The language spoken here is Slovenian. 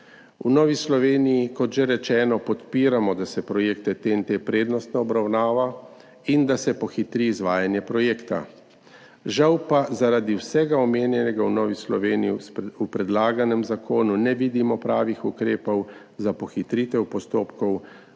V Novi Sloveniji, kot že rečeno, podpiramo, da se projekte TEN-T obravnava prednostno in da se pohitri izvajanje projekta. Žal pa zaradi vsega omenjenega v Novi Sloveniji v predlaganem zakonu ne vidimo pravih ukrepov za pohitritev postopkov,